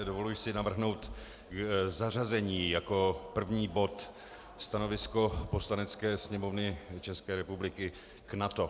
Dovoluji si navrhnout zařazení jako první bod stanovisko Poslanecké sněmovny České republiky k NATO.